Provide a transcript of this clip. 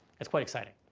it's quite exciting.